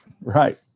Right